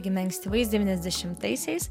gimę ankstyvais devyniasdešimtaisiais